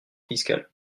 fiscal